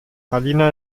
alina